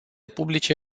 publice